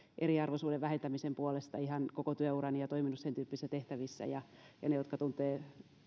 eriarvoisuuden vähentämisen puolesta ihan koko työurani ja toiminut sentyyppisissä tehtävissä ja ja ne jotka tuntevat